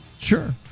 Sure